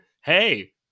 Hey